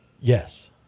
Yes